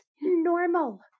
normal